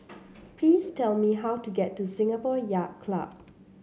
please tell me how to get to Singapore Yacht Club